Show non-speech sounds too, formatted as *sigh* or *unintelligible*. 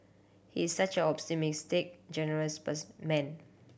he is such optimistic generous *unintelligible* man